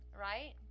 right